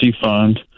fund